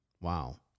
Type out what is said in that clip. Wow